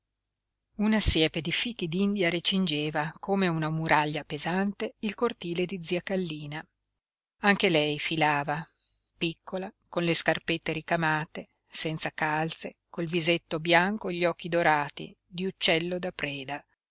una siepe di fichi d'india recingeva come una muraglia pesante il cortile di zia kallina anche lei filava piccola con le scarpette ricamate senza calze col visetto bianco e gli occhi dorati di uccello da preda